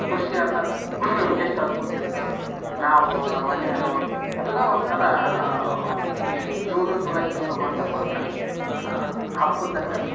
ಕೃಷಿಯನ್ನೊದ್ ಎಷ್ಟು ಅದ್ಬುತ ಇತ್ತು ನಾವು ನಮ್ಮ ಮನೆಯರೋ ಎಲ್ಲ ಒಂಥರಾ ಈ ಜೂನು ಜುಲೈ ತಿಂಗ್ಳು ಬಂತಪ್ಪಾ ಅಂದ್ರೆ ಹಬ್ಬ ಇದ್ದಂಗೆ ಅದು